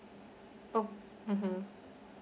orh mmhmm